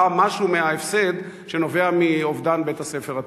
משהו מההפסד שנובע מאובדן בית-הספר הטכני?